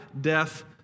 death